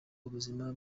ubuzima